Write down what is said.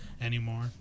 anymore